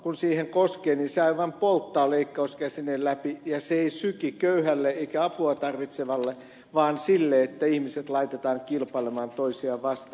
kun siihen koskee se aivan polttaa leikkauskäsineen läpi ja se ei syki köyhälle eikä apua tarvitsevalle vaan sille että ihmiset laitetaan kilpailemaan toisiaan vastaan